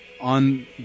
on